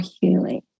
healing